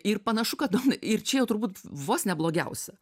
ir panašu kad ir čia jau turbūt vos ne blogiausia